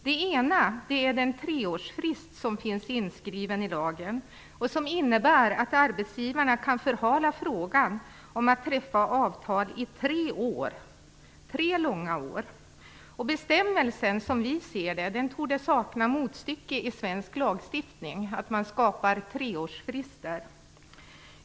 Den ena är den treårsfrist som finns inskriven i lagen. Den innebär att arbetsgivarna kan förhala frågan om att träffa avtal i tre år - tre långa år. Som vi ser det torde bestämmelsen om en treårsfrist sakna motstycke i svensk lagstiftning.